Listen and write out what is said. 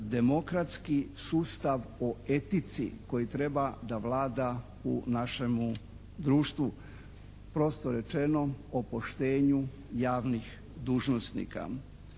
demokratski sustav o etici koji treba da vlada u našemu društvu. Prosto rečeno o poštenju javnih dužnosnika